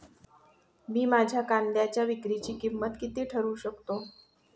मी माझ्या कांद्यांच्या विक्रीची किंमत किती ठरवू शकतो?